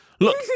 look